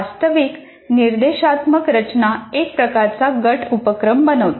वास्तविक निर्देशात्मक रचना एक प्रकारचा गट उपक्रम बनते